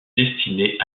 destinait